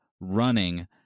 running